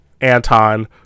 Anton